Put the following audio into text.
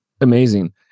Amazing